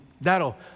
That'll